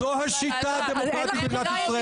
זו השיטה הדמוקרטית במדינת ישראל.